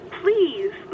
please